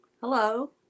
Hello